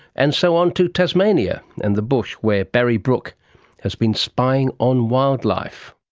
and so on to tasmania and the bush where barry brook has been spying on wildlife.